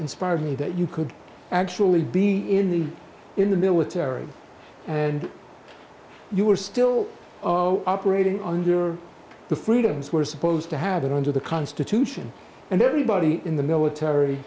inspired me that you could actually be in the in the military and you were still operating under the freedoms we're supposed to have it under the constitution and then everybody in the